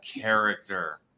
character